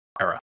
era